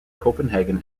copenhagen